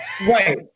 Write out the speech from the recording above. Right